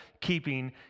keeping